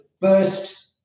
first